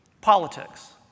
politics